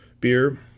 beer